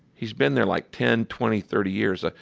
he's been there, like, ten, twenty, thirty years. ah